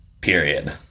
Period